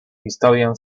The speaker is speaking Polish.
historię